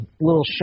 little